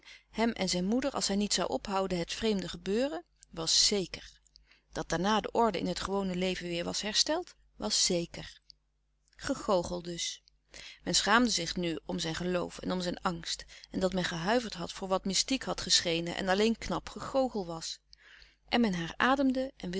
hem en zijn moeder als niet zoû ophouden het vreemde gebeuren was zeker dat daarna de orde in het gewone leven weêr was hersteld was zeker gegoochel dus men schaamde zich nu om zijn geloof en om zijn angst en dat men gehuiverd had voor wat mystiek had geschenen en alleen knap gegoochel was en men herademde en